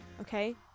Okay